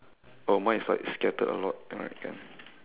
oh mine is like scattered a lot alright can